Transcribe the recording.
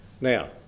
Now